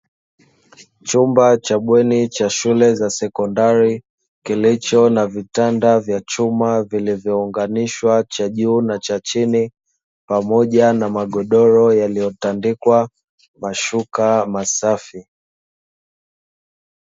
Chumba cha bweni cha shule za sekondari kilicho na vitanda vya chuma vilivyounganishwa cha juu na cha chini, pamoja na magodoro yaliyotandikwa mashuka masafi.